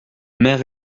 mère